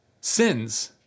sins